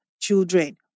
children